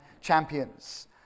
champions